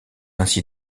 ainsi